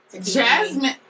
Jasmine